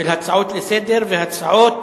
של הצעות לסדר והצעות